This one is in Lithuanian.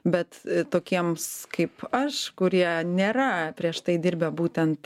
bet tokiems kaip aš kurie nėra prieš tai dirbę būtent